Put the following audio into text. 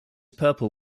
purple